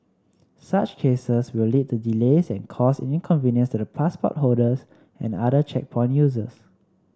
such cases will lead to delays and cause inconvenience to the passport holders and other checkpoint users